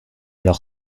leur